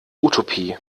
utopie